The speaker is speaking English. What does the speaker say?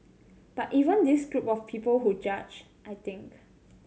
but even this group of people who judge I think